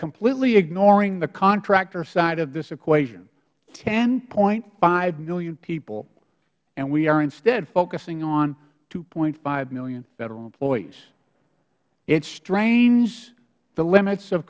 completely ignoring the contractor side of this equation ten point five million people and we are instead focusing on two point five million federal employees it strains the limits of